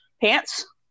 pants